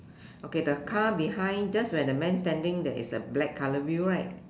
okay the car behind just where the man standing there is a black colour view right